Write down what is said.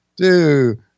two